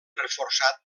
reforçat